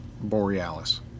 Borealis